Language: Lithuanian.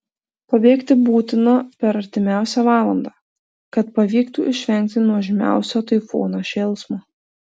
pabėgti būtina per artimiausią valandą kad pavyktų išvengti nuožmiausio taifūno šėlsmo